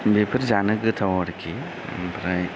बेफोर जानो गोथाव आरोखि ओमफ्राय